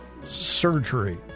surgery